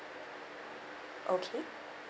okay